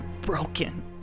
broken